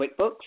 QuickBooks